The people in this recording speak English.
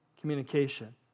communication